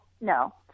no